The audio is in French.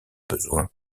besoin